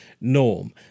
norm